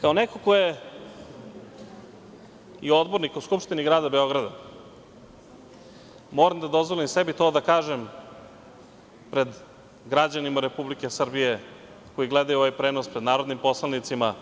Kao neko ko je i odbornik u Skupštini Grada Beograda, moram da dozvolim sebi to da kažem pred građanima Republike Srbije koji gledaju ovaj prenos, pred narodnim poslanicima,